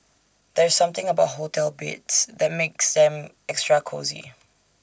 there's something about hotel beds that makes them extra cosy